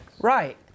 Right